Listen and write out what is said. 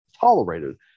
tolerated